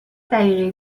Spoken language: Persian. دقیقه